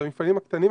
זה המפעלים הקטנים,